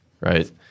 right